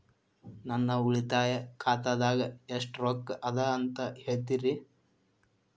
ನನ್ನ ಉಳಿತಾಯ ಖಾತಾದಾಗ ಎಷ್ಟ ರೊಕ್ಕ ಅದ ಅಂತ ಹೇಳ್ತೇರಿ?